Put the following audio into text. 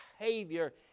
behavior